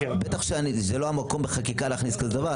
בטח שזה לא המקום להכניס כזו חקיקה.